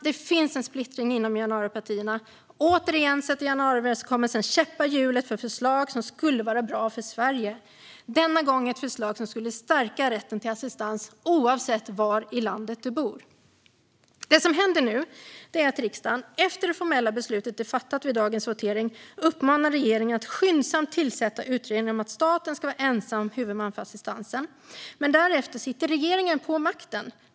Det finns en splittring inom januaripartierna. Återigen sätter januariöverenskommelsen käppar i hjulet för förslag som skulle vara bra för Sverige, denna gång ett förslag som skulle stärka rätten till assistans oavsett var i landet du bor. Det som händer nu är att riksdagen, efter att det formella beslutet är fattat vid dagens votering, uppmanar regeringen att skyndsamt tillsätta utredningen om att staten ska vara ensam huvudman för assistansen. Men därefter sitter regeringen på makten.